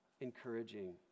encouraging